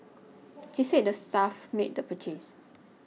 he said the staff made the purchase